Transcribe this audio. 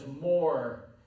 more